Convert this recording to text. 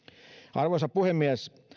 arvoisa puhemies